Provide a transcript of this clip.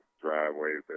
driveways